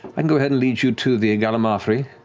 i can go ahead and lead you to the gallimaufry.